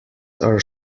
are